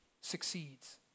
succeeds